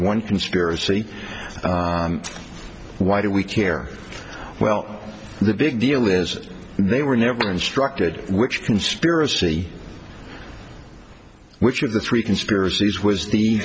one conspiracy why do we care well the big deal is they were never instructed which conspiracy which of the three conspiracies was the